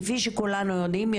כפי שכולנו יודעים,